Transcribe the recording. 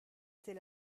était